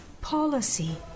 policy